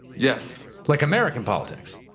yes. like american politics.